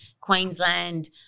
Queensland